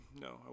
no